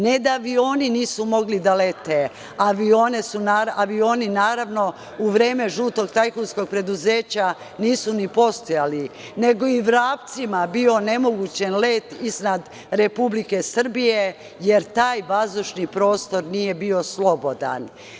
Ne da avioni nisu mogli da lete, avioni naravno u vreme žutog tajkunskog preduzeća nisu ni postajali, nego je i vrapcima bio onemogućen let iznad Republike Srbije, jer taj vazdušni prostor nije bio slobodan.